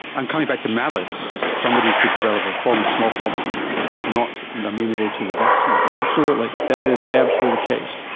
and coming back to malice, somebody could develop a form of smallpox that's not amenable to the vaccine. absolutely, that is absolutely the case.